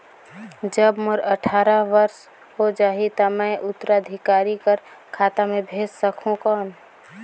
जब मोर अट्ठारह वर्ष हो जाहि ता मैं उत्तराधिकारी कर खाता मे भेज सकहुं कौन?